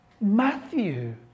Matthew